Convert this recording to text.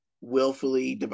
willfully